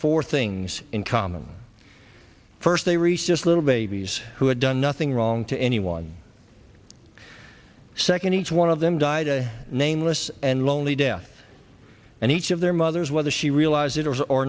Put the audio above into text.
four things in common first they reached this little babies who had done nothing wrong to any one second each one of them died a nameless and lonely death and each of their mothers whether she